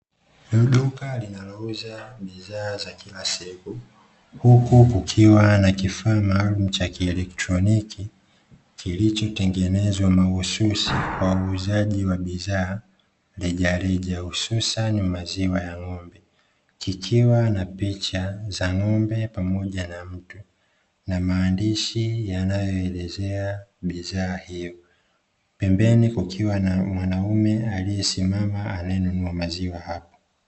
Duka linalouza bidhaa za kila siku, huku kukiwa na kifaa maalumu cha kieletroniki, kilichotengenezwa mahususi kwa uuzaji wa bidhaa reja reja, hususan maziwa ya ng'ombe, kikiwa na picha za ng'ombe pamoja na mtu , na maandishi yanayoelezea bidhaa hizo. Pembeni kukiwa na mwanaume aliyesimama anayenunua maziwa hapo.